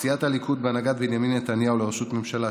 סיעת הליכוד בהנהגת בנימין נתניהו לראשות הממשלה,